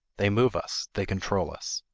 they move us they control us.